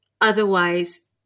otherwise